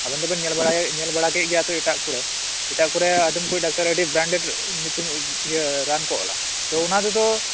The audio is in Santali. ᱟᱵᱤᱱ ᱫᱚᱵᱮᱱ ᱧᱮᱞ ᱵᱟᱲᱟ ᱧᱮᱞ ᱵᱟᱲᱟ ᱠᱮᱫ ᱜᱮᱭᱟ ᱛᱚ ᱮᱴᱟᱜ ᱠᱚᱨᱮ ᱮᱴᱟᱜ ᱠᱚᱨᱮ ᱟᱫᱚᱢ ᱰᱟᱠᱛᱟᱨ ᱟᱹᱰᱤ ᱵᱨᱮᱱᱰᱮᱰ ᱨᱟᱱ ᱠᱚ ᱚᱞᱟ ᱛᱚ ᱚᱱᱟᱛᱮᱫᱚ